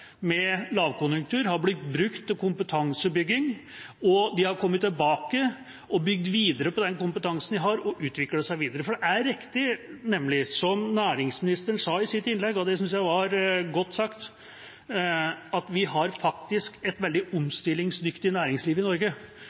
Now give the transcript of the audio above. med lavkonjunktur er blitt brukt til kompetansebygging, og de har kommet tilbake og bygd videre på den kompetansen de har og utviklet seg videre. Det er nemlig riktig, som næringsministeren sa i sitt innlegg – og det syntes jeg var godt sagt – at vi faktisk har et veldig omstillingsdyktig næringsliv i Norge.